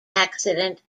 accident